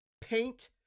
paint